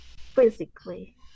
physically